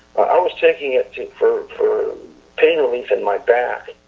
i was taking it to for for pain relief in my back,